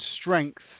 strength